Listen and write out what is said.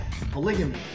Polygamy